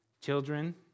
Children